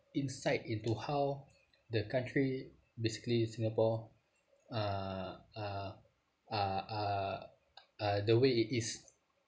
insight into how the country basically singapore uh uh uh uh uh the way it is